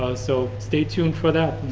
ah so stay tuned for that.